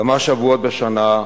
כמה שבועות בשנה,